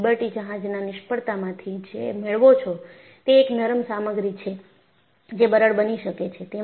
તમે લિબર્ટી જહાજના નિષ્ફળતામાંથી જે મેળવો છો તે એક નરમ સામગ્રી છે જે બરડ બની શકે છે